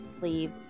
leave